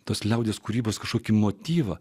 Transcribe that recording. tos liaudies kūrybos kažkokį motyvą